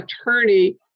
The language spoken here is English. attorney